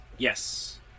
Yes